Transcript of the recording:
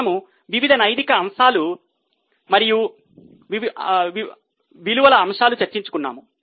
మనము వివిధ నైతిక అంశాలు మరియ విలువల అంశాలు చర్చించుకున్నాము